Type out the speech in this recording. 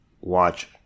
watch